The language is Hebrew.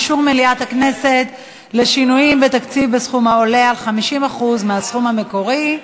אישור מליאת הכנסת לשינויים בתקציב בסכום העולה על 50% מהסכום המקורי),